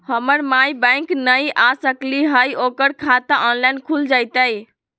हमर माई बैंक नई आ सकली हई, ओकर खाता ऑनलाइन खुल जयतई?